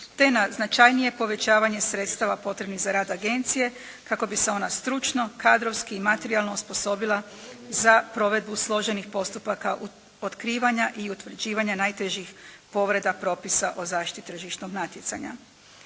te na značajnije povećavanje sredstava potrebnih za rad agencije kako bi se ona stručno, kadrovski i materijalno osposobila za provedbu složenih postupaka otkrivanja i utvrđivanja najtežih povreda propisa o zaštiti tržišnog natjecanja.